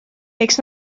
eks